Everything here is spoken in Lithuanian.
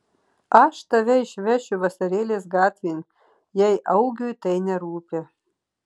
aš tave išvešiu vasarėlės gatvėn jei augiui tai nerūpi